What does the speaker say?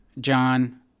John